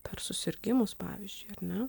per susirgimus pavyzdžiui ar ne